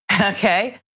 okay